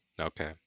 Okay